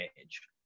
age